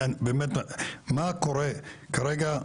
מה קורה כרגע?